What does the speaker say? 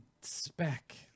spec